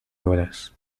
horas